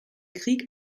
krieg